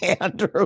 Andrew